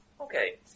Okay